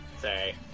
say